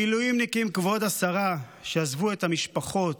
המילואימניקים, כבוד השרה, שעזבו את המשפחות,